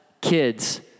kids